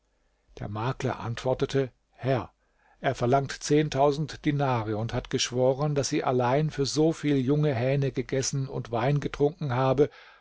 der makler antwortete herr er verlangt dinare und hat geschworen daß sie allein für so viel junge hähne gegessen und wein getrunken habe